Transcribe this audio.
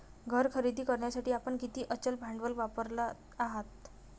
घर खरेदी करण्यासाठी आपण किती अचल भांडवल वापरत आहात?